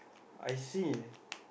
I see